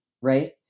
right